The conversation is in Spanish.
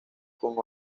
con